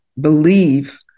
believe